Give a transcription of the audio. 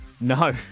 No